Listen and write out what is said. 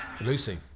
Lucy